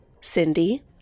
Cindy